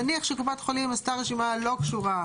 נניח שקופת חולים עשתה רשימה לא קשורה.